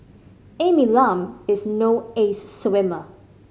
Amy Lam is no ace swimmer